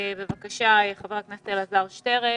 בבקשה, חבר הכנסת אלעזר שטרן.